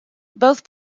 both